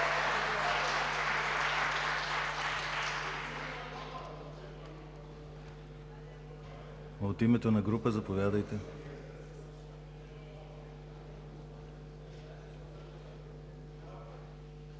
От името на група – заповядайте.